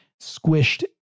squished